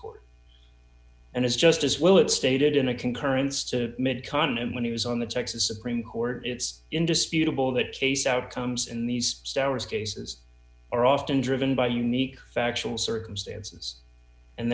court and his just as well it stated in a concurrence to mid continent when he was on the texas supreme court it's indisputable that case outcomes in these stars cases are often driven by unique factual circumstances and